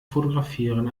fotografieren